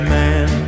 man